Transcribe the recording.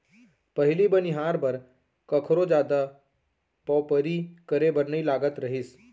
पहिली बनिहार बर कखरो जादा पवपरी करे बर नइ लागत रहिस